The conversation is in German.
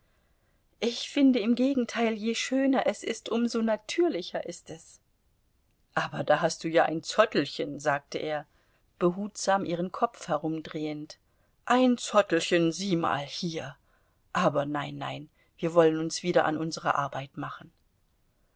ich finde im gegenteil je schöner es ist um so natürlicher ist es aber da hast du ja ein zottelchen sagte er behutsam ihren kopf herumdrehend ein zottelchen sieh mal hier aber nein nein wir wollen uns wieder an unsere arbeit machen